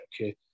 okay